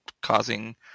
causing